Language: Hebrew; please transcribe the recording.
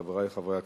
חברי חברי הכנסת,